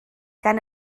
gan